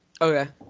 Okay